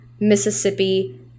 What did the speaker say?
Mississippi